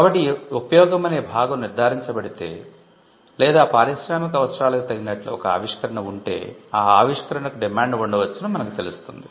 కాబట్టి ఈ ఉపయోగం అనే భాగం నిర్దారించబడితే లేదా పారిశ్రామిక అవసరాలకు తగినట్లు ఒక ఆవిష్కరణ ఉంటే ఆ ఆవిష్కరణకు డిమాండ్ ఉండవచ్చని మనకు తెలుస్తుంది